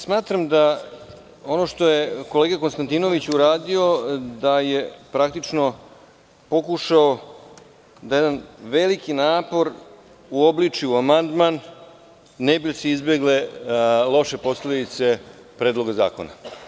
Smatram ono što je kolega Konstantinović uradio da je praktično pokušao da jedan veliki napor uobliči u amandman da bi se izbegle loše posledice Predloga zakona.